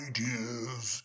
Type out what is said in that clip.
Ideas